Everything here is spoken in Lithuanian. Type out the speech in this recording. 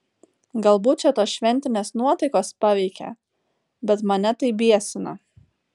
galbūt čia tos šventinės nuotaikos paveikė bet mane tai biesina